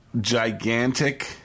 gigantic